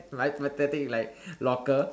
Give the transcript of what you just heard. my pathetic like locker